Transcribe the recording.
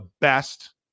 best